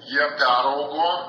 jie peraugo